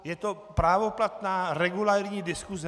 Je to právoplatná regulérní diskuse.